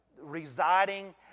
residing